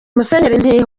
musenyeri